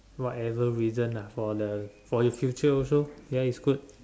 whatever reason for the for his future also then it's good